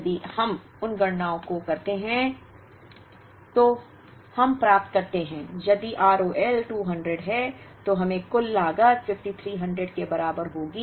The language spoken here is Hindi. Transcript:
यदि हम उन गणनाओं को करते हैं जो हम प्राप्त करते हैं यदि R O L 200 है तो हमें कुल लागत 5300 के बराबर होगी